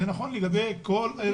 אלא לגבי כל הארץ.